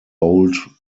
old